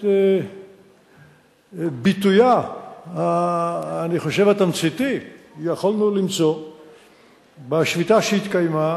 את ביטויה התמציתי יכולנו למצוא בשביתה שהתקיימה